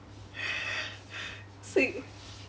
sick